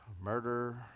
murder